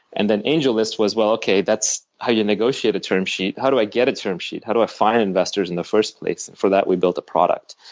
and then angellist was well, okay, that's how you negotiate a term sheet. how do i get a term sheet? how do i find investors in the first place and for that we built a product.